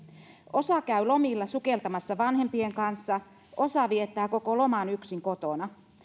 osa käy lomilla sukeltamassa vanhempien kanssa osa viettää koko loman yksin kotona